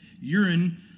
urine